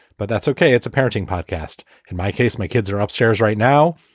but that's okay. it's a parenting podcast. in my case, my kids are upstairs right now.